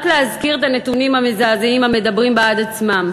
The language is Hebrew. רק להזכיר את הנתונים המזעזעים, המדברים בעד עצמם: